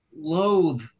loathe